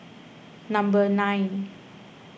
number nine